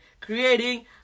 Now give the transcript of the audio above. creating